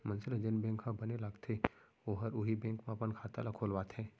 मनसे ल जेन बेंक ह बने लागथे ओहर उहीं बेंक म अपन खाता ल खोलवाथे